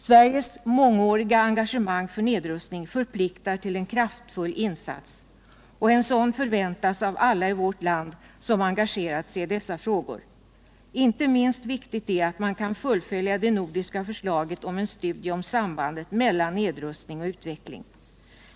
Sveriges mångåriga engagemang för nedrustning förpliktar till en kraftfull insats. En sådan förväntas av alla i vårt land som engagerat sig i dessa frågor. Inte minst viktigt är att man kan fullfölja det nordiska förslaget om en studie om sambandet mellan nedrustning och utveckling.